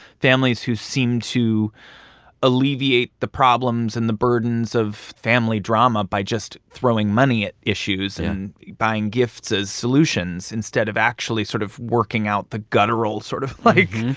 families who seem to alleviate the problems and the burdens of family drama by just throwing money at issues and buying gifts as solutions instead of actually sort of working out the guttural sort of, like.